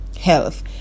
health